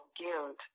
guilt